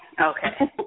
Okay